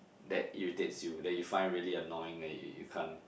that irritates you that you find really annoying that you can't